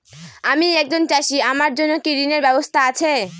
আমি একজন চাষী আমার জন্য কি ঋণের ব্যবস্থা আছে?